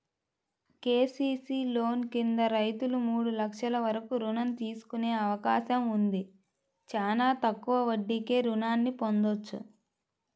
KCC loan కింద రైతులు మూడు లక్షల వరకు రుణం తీసుకునే అవకాశం ఉంది, చానా తక్కువ వడ్డీకే రుణాల్ని పొందొచ్చు